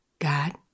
God